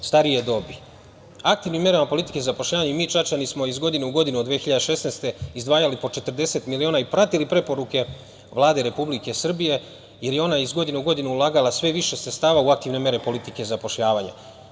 Aktivnim merama politike zapošljavanja i mi Čačani smo iz godine u godinu od 2016. godine, izdvajali po 40 miliona i pratili preporuke Vlade Republike Srbije, jer je ona iz godine u godinu ulagala sve više sredstava u aktivne mere politike zapošljavanja.